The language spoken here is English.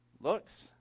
looks